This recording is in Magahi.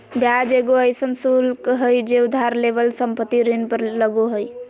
ब्याज एगो अइसन शुल्क हइ जे उधार लेवल संपत्ति ऋण पर लगो हइ